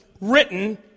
written